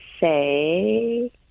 say